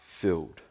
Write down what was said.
filled